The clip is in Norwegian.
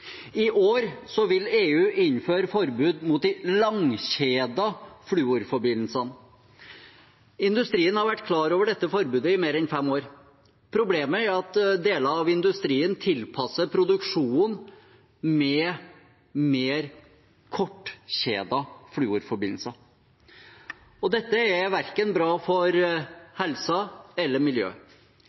I år vil EU innføre forbud mot de langkjedede fluorforbindelsene. Industrien har vært klar over dette forbudet i mer enn fem år. Problemet er at deler av industrien tilpasser produksjonen med mer kortkjedede fluorforbindelser. Dette er ikke bra verken for helsa eller